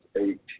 eight